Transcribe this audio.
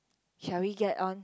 shall we get on